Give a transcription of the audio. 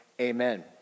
Amen